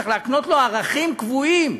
צריך להקנות לו ערכים קבועים,